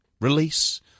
release